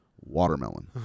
Watermelon